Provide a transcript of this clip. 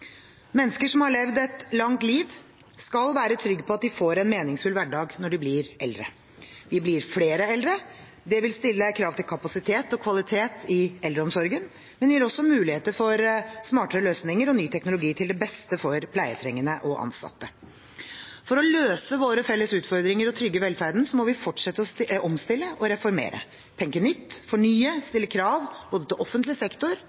Mennesker som har levd et langt liv, skal være trygg på at de får en meningsfull hverdag når de blir eldre. Vi blir flere eldre. Det vil stille krav til kapasitet og kvalitet i eldreomsorgen, men gir også muligheter for smartere løsninger og ny teknologi, til beste for pleietrengende og ansatte. For å løse våre felles utfordringer og trygge velferden må vi fortsette å omstille og reformere – tenke nytt, fornye og stille krav til både offentlig sektor,